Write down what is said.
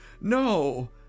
No